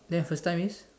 then your first time is